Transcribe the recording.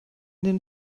den